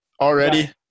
already